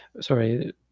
sorry